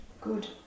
Good